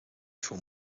two